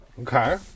Okay